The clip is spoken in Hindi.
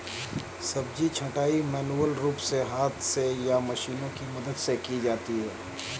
सब्जी छँटाई मैन्युअल रूप से हाथ से या मशीनों की मदद से की जाती है